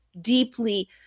deeply